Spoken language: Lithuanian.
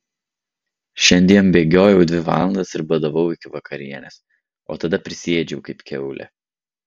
šiandien bėgiojau dvi valandas ir badavau iki vakarienės o tada prisiėdžiau kaip kiaulė